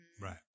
right